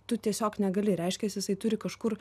tu tiesiog negali reiškias jisai turi kažkur